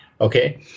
Okay